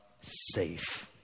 safe